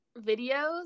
videos